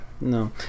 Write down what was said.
no